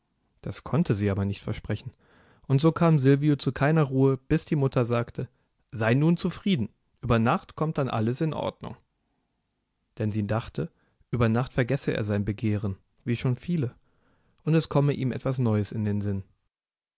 das konnte sie aber nicht versprechen und so kam silvio zu keiner ruhe bis die mutter sagte sei nun zufrieden über nacht kommt dann alles in ordnung denn sie dachte über nacht vergesse er sein begehren wie schon viele und es komme ihm etwas neues in den sinn